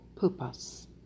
purpose